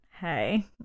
hey